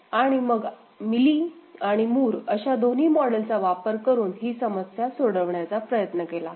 आणि आपण मिली आणि मूर अशा दोन्ही मॉडेलचा वापर करून ही समस्या सोडवण्याचा प्रयत्न केला